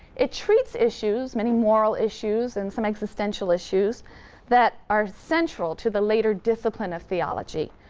it treats issues, many moral issues and some existential issues that are central to the later discipline of theology,